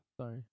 Sorry